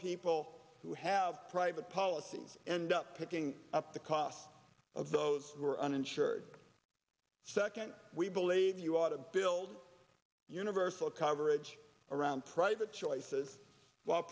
people who have private policies end up picking up the cost of those who are uninsured second we believe you ought to build universal coverage around private